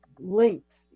links